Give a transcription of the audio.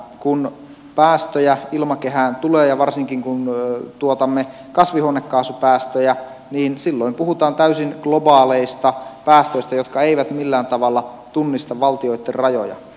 kun päästöjä ilmakehään tulee ja varsinkin kun tuotamme kasvihuonekaasupäästöjä niin silloin puhutaan täysin globaaleista päästöistä jotka eivät millään tavalla tunnista valtioitten rajoja